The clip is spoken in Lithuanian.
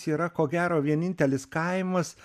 yra ko gero vienintelis kaimas